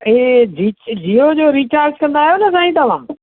ए जी जीयो जो रीचार्ज कंदा आहियो न साईं तव्हां